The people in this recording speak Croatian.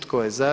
Tko je za?